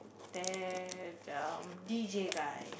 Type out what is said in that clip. that um d_j guy